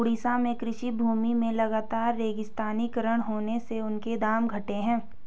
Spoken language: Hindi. ओडिशा में कृषि भूमि के लगातर रेगिस्तानीकरण होने से उनके दाम घटे हैं